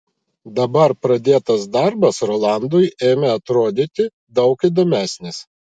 dabar pradėtas darbas rolandui ėmė atrodyti daug įdomesnis